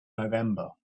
november